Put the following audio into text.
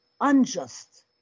unjust